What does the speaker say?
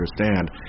understand